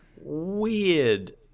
weird